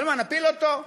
אבל מה, נפיל אותו?